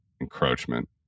encroachment